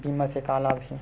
बीमा से का लाभ हे?